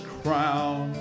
crown